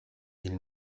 ils